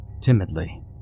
Timidly